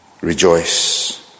rejoice